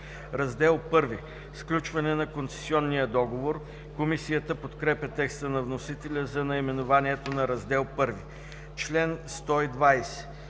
„Раздел I – Сключване на концесионния договор“. Комисията подкрепя текста на вносителя за наименованието на Раздел I. Комисията